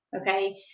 Okay